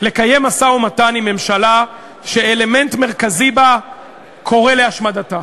לקיים משא-ומתן עם ממשלה שאלמנט מרכזי בה קורא להשמדתה.